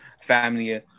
family